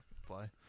Fly